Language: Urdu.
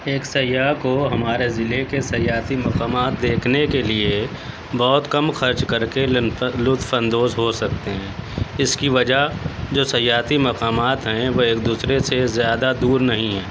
ایک سیاح کو ہمارے ضلعے کے سیاحتی مقامات دیکھنے کے لیے بہت کم خرچ کر کے لطف اندوز ہو سکتے ہیں اس کی وجہ جو سیاحتی مقامات ہیں وہ ایک دوسرے سے زیادہ دور نہیں ہیں